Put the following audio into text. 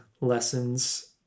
lessons